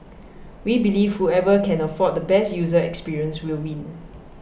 we believe whoever can afford the best user experience will win